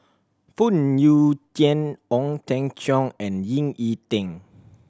Phoon Yew Tien Ong Teng Cheong and Ying E Ding